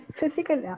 physical